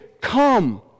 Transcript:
come